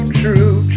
true